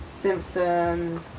Simpsons